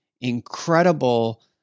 incredible